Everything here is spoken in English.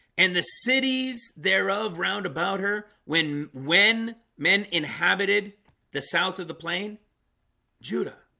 and the cities thereof round about her when when men inhabited the south of the plain judah